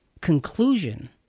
conclusion